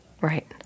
Right